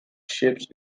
ships